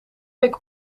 week